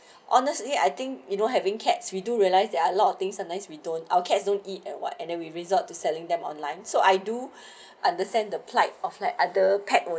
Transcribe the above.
honestly I think you know having cats we do realize there are a lot of things are nice we don't our cats don't eat and what and then we resort to selling them online so I do understand the plight of like other pack will